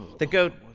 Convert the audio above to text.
the goat.